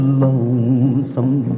lonesome